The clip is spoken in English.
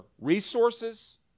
resources